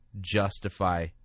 justify